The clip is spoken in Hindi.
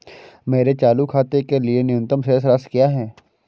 मेरे चालू खाते के लिए न्यूनतम शेष राशि क्या है?